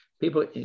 people